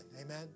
Amen